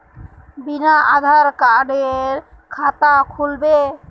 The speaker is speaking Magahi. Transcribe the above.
बिना आधार कार्डेर खाता खुल बे?